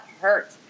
hurt